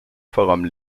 forum